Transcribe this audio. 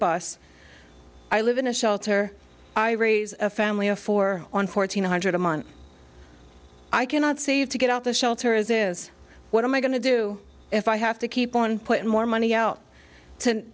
bus i live in a shelter i raise a family of four on fourteen hundred a month i cannot save to get out the shelter is is what am i going to do if i have to keep on put more money out to